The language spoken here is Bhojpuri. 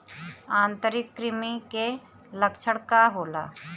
आंतरिक कृमि के लक्षण का होला?